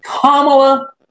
Kamala